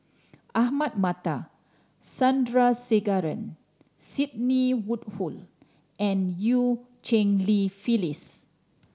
Ahmad Mattar Sandrasegaran Sidney Woodhull and Eu Cheng Li Phyllis